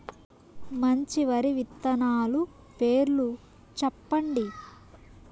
మంచి వరి విత్తనాలు పేర్లు చెప్పండి?